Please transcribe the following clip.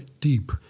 deep